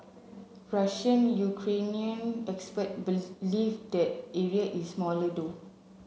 Russian Ukrainian expert believe the area is smaller though